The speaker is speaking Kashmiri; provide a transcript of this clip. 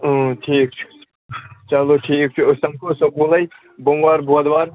اۭں ٹھیٖک چھُ چلو ٹھیٖک چھُ أسۍ سَمکھو سکوٗلَے بوٚموار بودوار